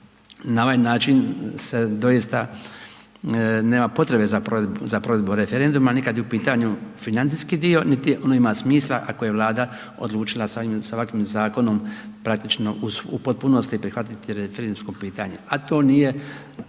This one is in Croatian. na ovaj način se doista nema potrebe za provedbu referenduma, ni kad je u pitanju financijski dio niti ono ima smisla ako je Vlada odlučila sa ovakvim zakonom praktično u potpunosti prihvatiti referendumsko pitanje, a to nije